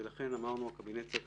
ולכן אמרנו שהקבינט צריך